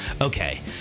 okay